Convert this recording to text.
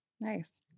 Nice